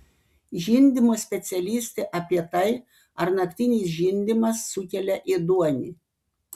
žindymo specialistė apie tai ar naktinis žindymas sukelia ėduonį